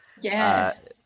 yes